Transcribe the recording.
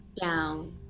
down